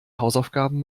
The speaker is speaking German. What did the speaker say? hausaufgaben